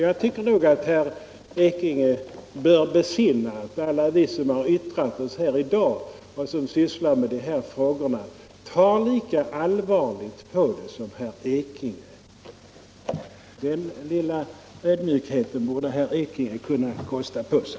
Jag tycker att herr Ekinge bör besinna att alla vi som har yttrat oss här i dag, och som sysslar med de här frågorna, tar lika allvarligt på dem som herr Ekinge. Den lilla ödmjukheten borde herr Ekinge kunna kosta på sig.